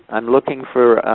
i'm looking for,